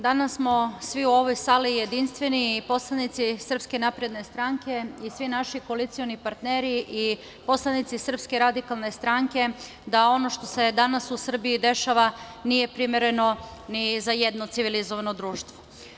Danas smo svi u ovoj sali jedinstveni i poslanici SNS i svi naši koalicioni partneri i poslanici Srpske radikalne stranke, da ono što se danas u Srbiji dešava nije primereno ni za jedno civilizovano društvo.